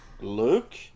Luke